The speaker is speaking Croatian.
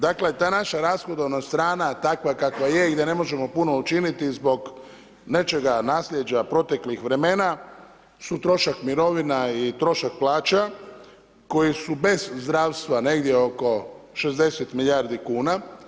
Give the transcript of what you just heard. Dakle, ta naša rashodovna strana takva kakva je i da ne možemo puno učiniti zbog nečega naslijeđa proteklih vremena su trošak mirovina i trošak plaća koji su bez zdravstva, negdje oko 60 milijardi kuna.